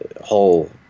whole